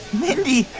mindy,